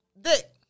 Dick